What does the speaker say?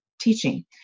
teaching